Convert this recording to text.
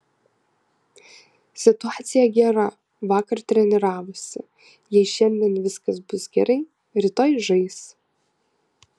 situacija gera vakar treniravosi jei šiandien viskas bus gerai rytoj žais